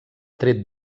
tret